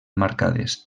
marcades